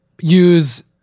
use